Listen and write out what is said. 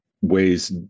ways